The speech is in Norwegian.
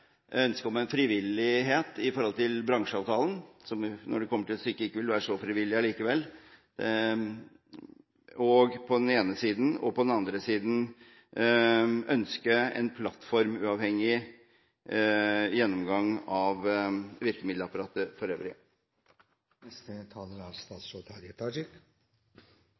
ønsket om en frivillighet når det gjelder bransjeavtalen, som når det kommer til stykket ikke vil være så frivillig allikevel, og på den andre siden å ønske en plattformuavhengig gjennomgang av virkemiddelapparatet for øvrig.